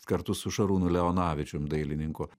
kartu su šarūnu leonavičium dailininku